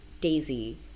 Daisy